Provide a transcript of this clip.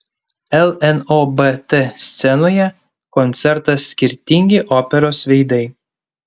lnobt scenoje koncertas skirtingi operos veidai